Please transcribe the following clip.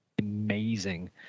amazing